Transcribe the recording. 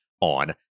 On